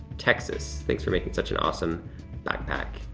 texas. thanks for making such an awesome backpack.